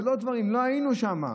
לא היינו שם.